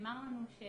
ונאמר לנו,